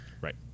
Right